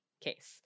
case